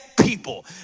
people